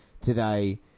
today